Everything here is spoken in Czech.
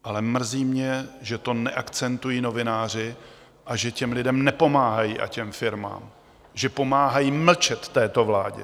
Ale mrzí mě, že to neakcentují novináři a že lidem nepomáhají a těm firmám, že pomáhají mlčet této vládě.